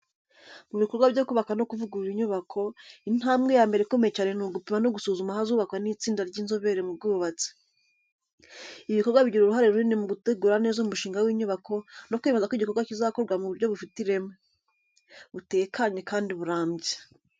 Mu bikorwa byo kubaka no kuvugurura inyubako, intambwe ya mbere ikomeye cyane ni gupima no gusuzuma ahazubakwa n’itsinda ry’inzobere mu bwubatsi. Ibi bikorwa bigira uruhare runini mu gutegura neza umushinga w’inyubako no kwemeza ko igikorwa kizakorwa mu buryo bufite ireme, butekanye kandi burambye.